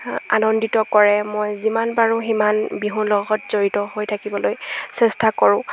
আনন্দিত কৰে মই যিমান পাৰোঁ সিমান বিহুৰ লগত জড়িত হৈ থাকিবলৈ চেষ্টা কৰোঁ